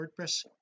wordpress